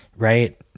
right